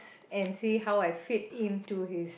and see how I fit in to his